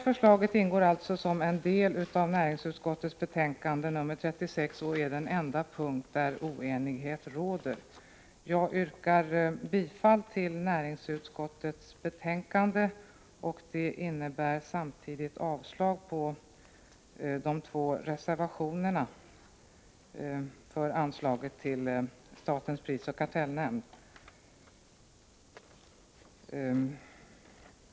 Förslaget ingår som en del i näringsutskottets betänkande nr 36, och detta är den enda punkt där oenighet råder. Jag yrkar bifall till utskottets hemställan, och det innebär samtidigt avslag på de två reservationerna när det gäller anslaget till statens prisoch kartellnämnd.